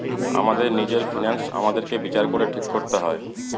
আমাদের নিজের ফিন্যান্স আমাদেরকে বিচার করে ঠিক করতে হয়